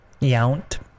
Yount